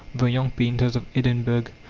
the young painters of edinburgh,